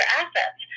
assets